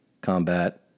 Combat